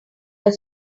your